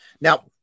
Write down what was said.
Now